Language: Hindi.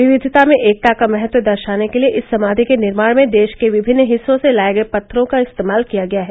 विविधता में एकता का महत्व दर्शने के लिए इस समाधि के निर्माण में देश के विभिन्न हिस्सों से लाए गए पत्थरों का इस्तेमाल किया गया है